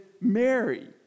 Mary